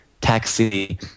taxi